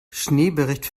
schneebericht